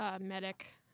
medic